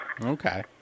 Okay